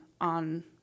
on